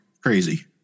crazy